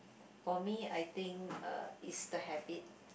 for me I think (uh)it's the habit